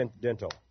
Dental